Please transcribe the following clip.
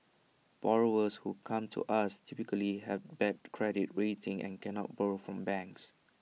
borrowers who come to us typically have bad credit rating and cannot borrow from banks